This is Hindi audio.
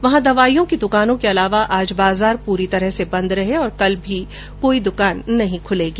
वहां दवाईयों की दुकानों के अलावा आज बाजार पूरी तरह बंद रहे और कल भी कोई दुकानें नहीं खुलेगी